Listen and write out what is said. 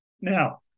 Now